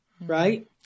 right